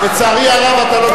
לצערי הרב אתה לא בממשלה.